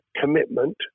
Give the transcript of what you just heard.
commitment